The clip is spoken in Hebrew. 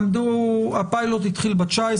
הפיילוט התחיל ב-19,